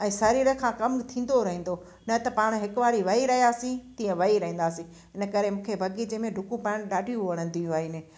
ऐं शरीर खां कमु थींदो रहींदो न त पाण हिकु वारी वेही रहियांसीं तीअं वेही रहींदासीं इन करे मूंखे बाग़ीचे में डुकूं पाइणु ॾाढियूं वणंदियूं आहिनि